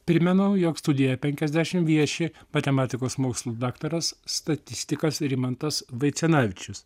primenu jog studija penkiasdešim vieši matematikos mokslų daktaras statistikas rimantas vaicenavičius